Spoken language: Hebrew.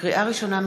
לקריאה ראשונה,